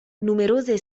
numerose